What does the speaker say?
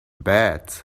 beds